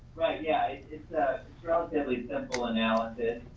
right, yeah, it's a relatively simple analysis.